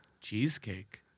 Cheesecake